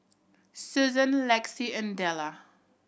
Susan Lexie and Delle